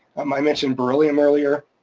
um i mentioned beryllium earlier